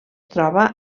troba